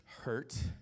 Hurt